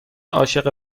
عاشق